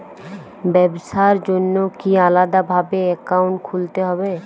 ব্যাবসার জন্য কি আলাদা ভাবে অ্যাকাউন্ট খুলতে হবে?